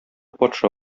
патша